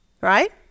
right